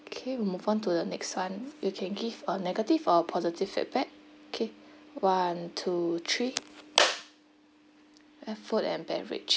okay we move on to the next one you can give a negative or positive feedback okay one two three food and beverage